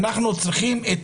אנחנו צריכים את